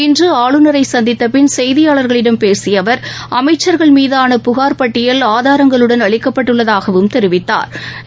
இன்று ஆளுநரை சந்தித்தபின் செய்தியாளர்களிடம் பேசிய அவர் அமைச்சர்கள் மீதான புகார் பட்டியல் ஆதாரங்களுடன் அளிக்கப்பட்டுள்ளதாகவும் தெரிவித்தாா்